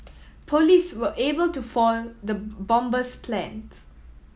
police were able to foil the bomber's plans